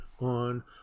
on